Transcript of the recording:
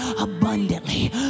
abundantly